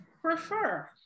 prefer